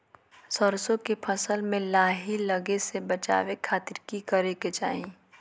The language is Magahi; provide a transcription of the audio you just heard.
सरसों के फसल में लाही लगे से बचावे खातिर की करे के चाही?